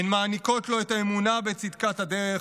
הן מעניקות לו את האמונה בצדקת הדרך,